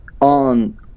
on